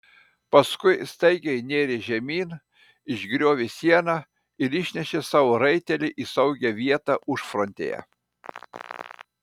paskui staigiai nėrė žemyn išgriovė sieną ir išnešė savo raitelį į saugią vietą užfrontėje